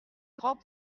grand